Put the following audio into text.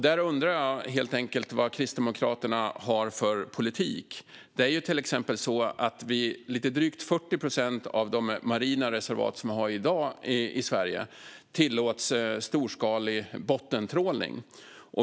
Där undrar jag helt enkelt vad Kristdemokraterna har för politik. På lite drygt 40 procent av de marina reservat som vi i dag har i Sverige tillåts storskalig bottentrålning.